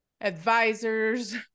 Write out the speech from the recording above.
advisors